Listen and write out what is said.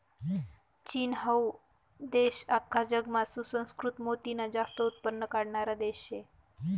चीन हाऊ देश आख्खा जगमा सुसंस्कृत मोतीनं जास्त उत्पन्न काढणारा देश शे